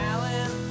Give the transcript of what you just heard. Alan